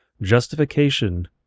Justification